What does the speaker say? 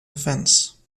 offense